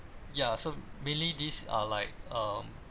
ya so mainly these are like um